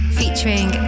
featuring